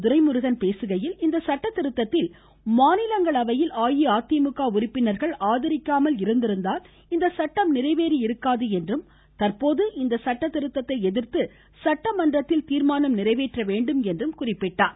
துரைமுருகன் பேசுகையில் இந்த சட்ட திருத்தத்தில் மாநிலங்களவையில் அஇஅதிமுக உறுப்பினர்கள் ஆதரிக்காமல் இருந்திருந்தால் இச்சட்டம் நிறைவேறி இருக்காது என்றும் தற்போது இந்த சட்ட திருத்தத்தை எதிர்த்து சட்டமன்றத்தில் தீர்மானம் நிறைவேற்ற வேண்டும் என்றும் கூறினார்